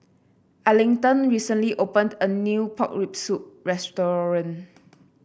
Arlington recently opened a new Pork Rib Soup restaurant